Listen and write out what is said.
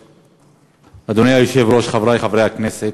אדוני היושב-ראש, חברי חברי הכנסת,